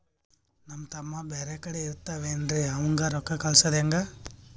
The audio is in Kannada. ನಮ್ ತಮ್ಮ ಬ್ಯಾರೆ ಕಡೆ ಇರತಾವೇನ್ರಿ ಅವಂಗ ರೋಕ್ಕ ಕಳಸದ ಹೆಂಗ?